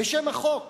בשם החוק,